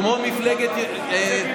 כמו מפלגת --- חבר הכנסת קיש,